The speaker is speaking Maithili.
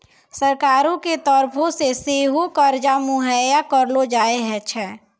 सरकारो के तरफो से सेहो कर्जा मुहैय्या करलो जाय छै